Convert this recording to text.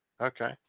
okay